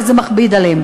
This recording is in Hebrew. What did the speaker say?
וזה מכביד עליהם.